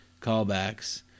callbacks